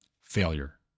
failure